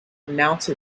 announce